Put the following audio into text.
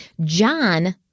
John